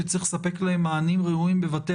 שצריך לספק להם מענים ראויים בבתי